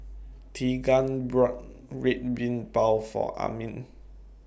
Teagan bought Red Bean Bao For Amin